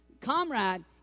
Comrade